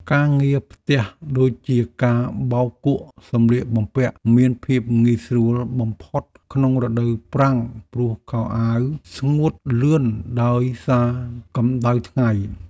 ការងារផ្ទះដូចជាការបោកគក់សម្លៀកបំពាក់មានភាពងាយស្រួលបំផុតក្នុងរដូវប្រាំងព្រោះខោអាវស្ងួតលឿនដោយសារកម្តៅថ្ងៃ។